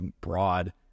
broad